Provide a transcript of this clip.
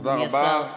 תודה רבה.